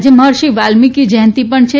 આજે મહર્ષિ વાલ્મિકી જયંતી પણ છે